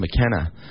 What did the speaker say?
McKenna